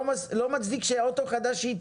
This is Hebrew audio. לא מצדיק שאוטו חדש שהיא תקנה,